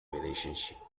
relationship